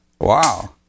Wow